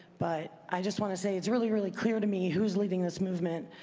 but i just want to say it's really, really clear to me who's leading this movement.